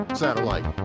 satellite